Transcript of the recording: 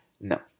No